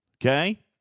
okay